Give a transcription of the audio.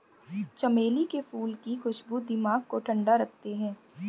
चमेली के फूल की खुशबू दिमाग को ठंडा रखते हैं